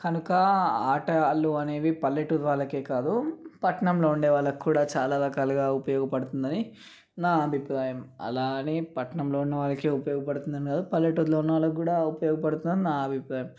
కనుక ఆటలు అనేవి పల్లెటూరి వాళ్ళకే కాదు పట్నంలో ఉండే వాళ్ళకి కూడా చాలా రకాలుగా ఉపయోగపడుతుందని నా అభిప్రాయం అలా అని పట్నంలో ఉన్నవాళ్ళకే ఉపయోగపడుతుందని కాదు పల్లెటూరిలో ఉండేవాళ్ళకి కూడా ఉపయోగ పడుతుందని నా అభిప్రాయం